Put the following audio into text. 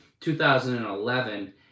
2011